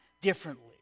differently